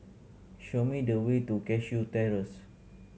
show me the way to Cashew Terrace